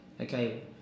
Okay